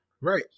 Right